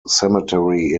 cemetery